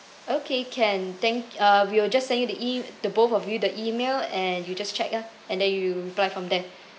okay can thank uh we will just send you the e~ the both of you the email and you just check ah and then you reply from there